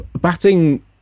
batting